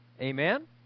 Amen